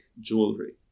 jewelry